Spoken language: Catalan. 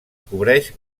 cobreix